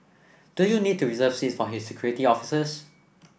do you need to reserve seats for his security officers